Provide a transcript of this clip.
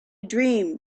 dream